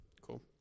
Cool